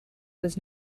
was